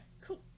cool